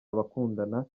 abakundana